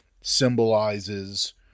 symbolizes